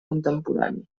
contemporani